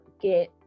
get